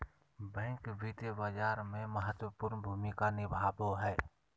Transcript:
bank वित्तीय बाजार में महत्वपूर्ण भूमिका निभाबो हइ